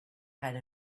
had